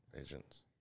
agents